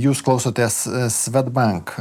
jūs klausotės swedbank